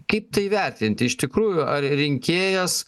kaip tai vertinti iš tikrųjų ar rinkėjas